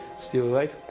still alive.